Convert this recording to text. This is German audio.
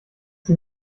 sie